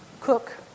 cook